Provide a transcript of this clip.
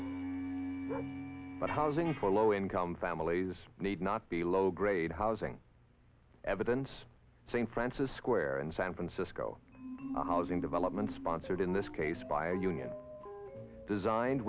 replaced but housing for low income families need not be low grade housing evidence st francis square and san francisco housing development sponsored in this case by union designed